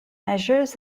measures